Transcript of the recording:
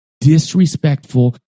disrespectful